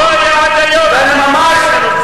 לא היה אחד, לא שומעים את זה.